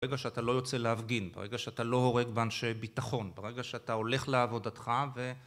ברגע שאתה לא יוצא להפגין, ברגע שאתה לא הורג באנשי ביטחון, ברגע שאתה הולך לעבודתך ו...